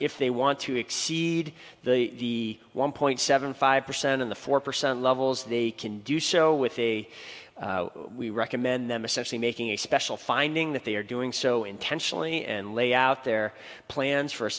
if they want to exceed the one point seven five percent in the four percent levels they can do so with a we recommend them essentially making a special finding that they are doing so intentionally and lay out their plans for